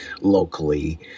locally